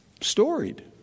storied